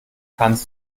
kannst